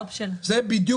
זה מה שאני רוצה להגיד.